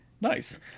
nice